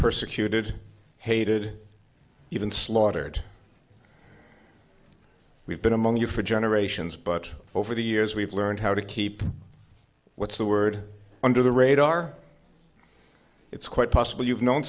persecuted hated even slaughtered we've been among you for generations but over the years we've learned how to keep what's the word under the radar it's quite possible you've known